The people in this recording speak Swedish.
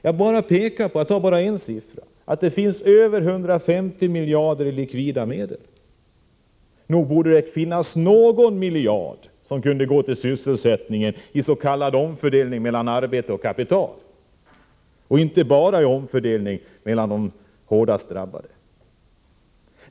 Låt mig, för att peka på bara en enda sifferuppgift, nämna att de har över 150 miljarder i likvida medel. Nog borde någon miljard kunna anslås till sysselsättningen, genom vad som kallas omfördelning mellan arbete och kapital, inte bara till omfördelning mellan de hårdast drabbade.